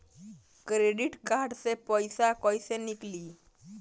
Credit card से पईसा केइसे निकली?